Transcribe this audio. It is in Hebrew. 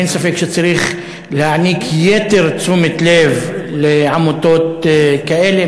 אין ספק שצריך להעניק יתר תשומת לב לעמותות כאלה.